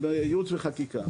בייעוץ וחקיקה.